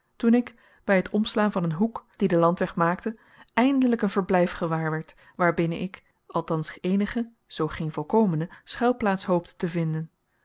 toen ik bij het omslaan van een hoek dien de landweg maakte eindelijk een verblijf gewaarwerd waar binnen ik althans eenige zoo geen volkomene schuilplaats hoopte te vinden